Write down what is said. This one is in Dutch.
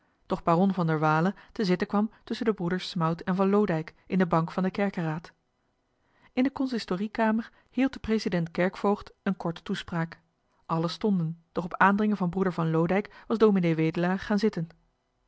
baron van der waele te zitten kwam tusschen de broeders smout en van loodijck in de bank van den kerkeraad in de consistoriekamer hield de president kerkvoogd een korte toespraak allen stonden doch op aandringen van broeder van loodijck was ds wedelaar gaan zitten